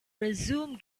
resume